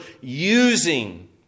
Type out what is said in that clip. using